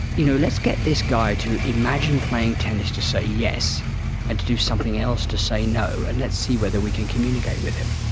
you know let's get this guy to imagine playing tennis to say yes and to do something else to say no and let's see whether we can communicate with him.